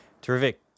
Terrific